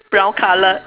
brown colour